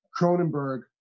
Cronenberg